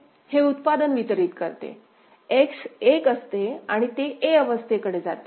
हे उत्पादन वितरीत करते X 1 असते आणि ते a अवस्थेकडे जाते